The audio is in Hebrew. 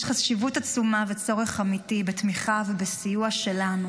יש חשיבות עצומה וצורך אמיתי בתמיכה ובסיוע שלנו,